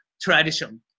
tradition